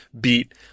beat